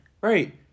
Right